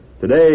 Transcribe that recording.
Today